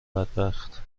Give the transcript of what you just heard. بدبخت